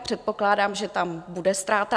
Předpokládám, že tam bude ztráta.